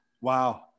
Wow